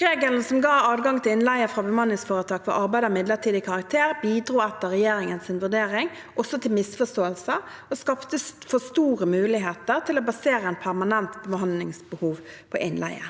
Regelen som ga adgang til innleie fra bemanningsforetak ved arbeid av midlertidig karakter, bidro etter regjeringens vurdering også til misforståelser og skapte for store muligheter til å basere et permanent bemanningsbehov på innleie.